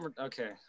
Okay